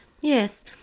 Yes